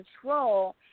control